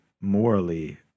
morally